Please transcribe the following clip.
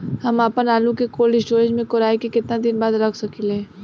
हम आपनआलू के कोल्ड स्टोरेज में कोराई के केतना दिन बाद रख साकिले?